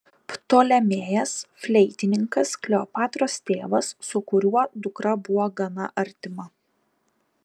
ptolemėjas fleitininkas kleopatros tėvas su kuriuo dukra buvo gana artima